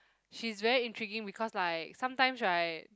she's very intriguing because like sometimes right